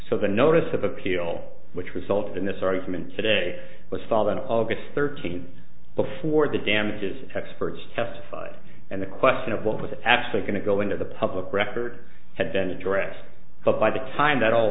so the notice of appeal which resulted in this argument today was filed on august thirteenth before the damages experts testified and the question of what with actually going to go into the public record had been addressed by the time that all